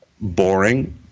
boring